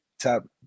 top